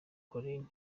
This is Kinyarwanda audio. collines